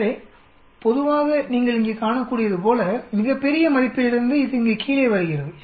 எனவே பொதுவாக நீங்கள் இங்கே காணக்கூடியது போல மிகப் பெரிய மதிப்பிலிருந்து இது இங்கே கீழே வருகிறது